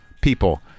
people